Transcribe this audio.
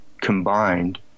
combined